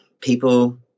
people